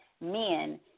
men